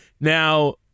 Now